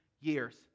years